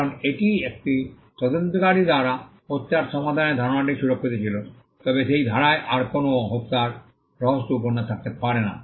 কারণ এটি একটি তদন্তকারী দ্বারা হত্যার সমাধানের ধারণাটিই সুরক্ষিত ছিল তবে সেই ধারায় আর কোনও হত্যার রহস্য উপন্যাস থাকতে পারে না